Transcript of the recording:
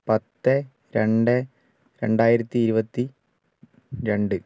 പത്ത് രണ്ട് രണ്ടായിരത്തി ഇരുപത്തി രണ്ട്